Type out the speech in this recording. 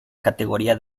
categoría